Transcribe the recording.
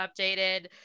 updated